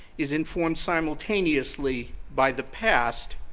is informed simultaneously by the past,